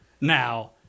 Now